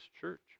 church